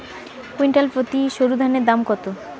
Quintal প্রতি সরুধানের দাম কত?